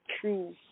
true